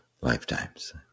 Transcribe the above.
lifetimes